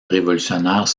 révolutionnaires